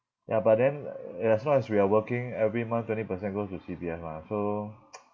ya but then uh as long as we are working every month twenty percent goes to C_P_F mah so